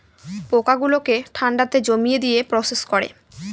পোকা গুলোকে ঠান্ডাতে জমিয়ে দিয়ে প্রসেস করে